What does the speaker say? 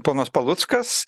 ponas paluckas